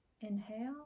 Inhale